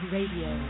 Radio